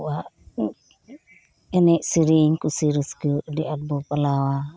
ᱟᱵᱚᱭᱟᱜ ᱮᱱᱮᱡ ᱥᱤᱨᱤᱧ ᱠᱩᱥᱤ ᱨᱟᱹᱥᱠᱟᱹ ᱟᱹᱰᱤ ᱟᱴ ᱵᱚ ᱯᱟᱞᱟᱣᱟ